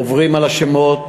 עוברים על השמות,